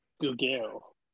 Google